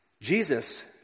Jesus